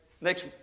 next